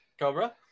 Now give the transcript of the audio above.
Cobra